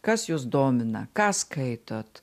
kas jus domina ką skaitot